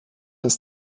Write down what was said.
ist